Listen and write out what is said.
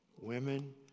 Women